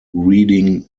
reading